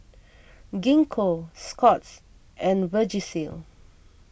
Gingko Scott's and Vagisil